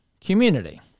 community